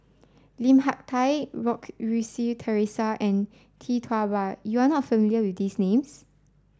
Lim Hak Tai Goh Rui Si Theresa and Tee Tua Ba you are not familiar with these names